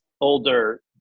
older